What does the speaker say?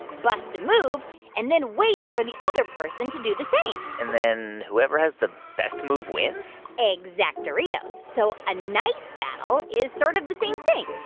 busts a move and then waits for the other person to do the same and then whoever has the best move wins? exact-oritos. so a nice battle is sort of the same thing.